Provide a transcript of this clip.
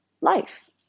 life